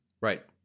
Right